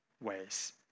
ways